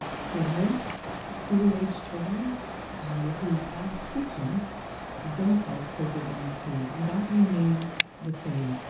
so most school age children who have symptoms don't have covid nineteen, and that remains the same,